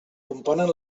componen